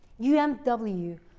UMW